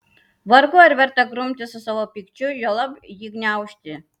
vargu ar verta grumtis su savo pykčiu juolab jį gniaužti